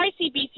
ICBC